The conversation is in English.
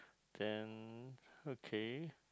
then okay